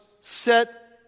set